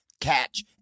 Catch